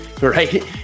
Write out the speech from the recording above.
right